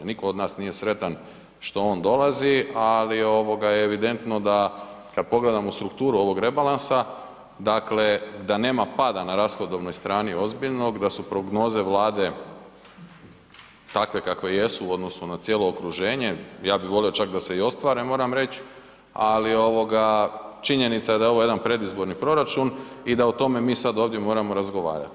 Nitko od nas nije sretan što on dolazi, ali ovoga je evidentno da kad pogledamo strukturu ovog rebalansa, dakle da nema pada na rashodovnoj strani ozbiljnog, da su prognoze Vlade takve kakve jesu u odnosu na cijelo okruženje, ja bi volio čak da se i ostvare moram reći, ali ovoga činjenica je da je ovo jedan predizborni proračun i da o tome mi sad ovdje moramo razgovarati.